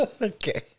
Okay